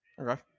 Okay